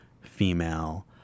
female